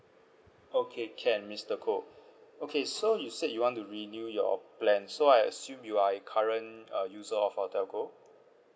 okay can mister koh okay so you said you want to renew your plan so I assume you are a current uh user of our telco